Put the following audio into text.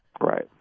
Right